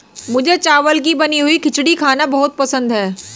मुझे चावल की बनी हुई खिचड़ी खाना बहुत पसंद है